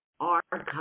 Archive